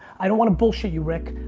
i don't wanna bullshit you rick.